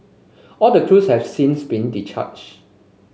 all the crews have since been